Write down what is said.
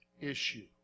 issue